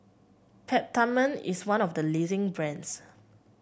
Peptamen is one of the leading brands